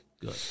Good